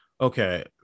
okay